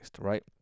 right